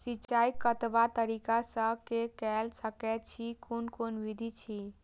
सिंचाई कतवा तरीका स के कैल सकैत छी कून कून विधि अछि?